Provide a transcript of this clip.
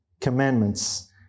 Commandments